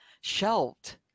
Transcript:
shelved